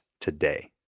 today